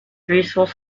resource